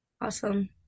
Awesome